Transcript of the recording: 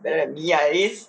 better than me ah at least